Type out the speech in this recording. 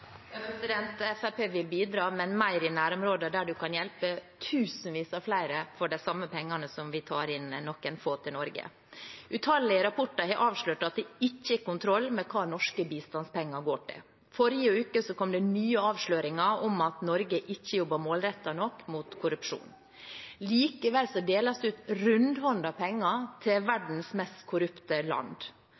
vil bidra, men mer i nærområdene, der en kan hjelpe tusenvis av flere for de samme pengene som vi tar inn noen få for til Norge. Utallige rapporter har avslørt at vi ikke har kontroll med hva norske bistandspenger går til. Forrige uke kom det nye avsløringer om at Norge ikke har jobbet målrettet nok mot korrupsjon. Likevel deles det rundhåndet ut penger til verdens mest korrupte land.